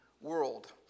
world